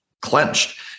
clenched